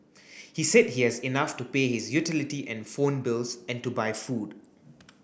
he said he has enough to pay his utility and phone bills and to buy food